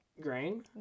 Grain